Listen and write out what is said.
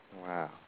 Wow